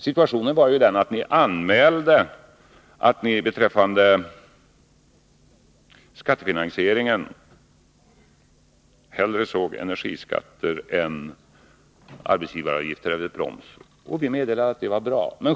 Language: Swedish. Situationen var den att ni anmälde att ni beträffande skattefinansieringen hellre såg energiskatter än arbetsgivaravgifter eller proms. Vi meddelade att det var bra.